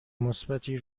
مثبتی